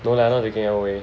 no lah I not taking L_O_A